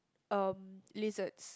um lizards